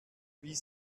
wie